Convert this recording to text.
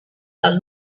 del